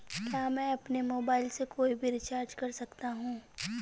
क्या मैं अपने मोबाइल से कोई भी रिचार्ज कर सकता हूँ?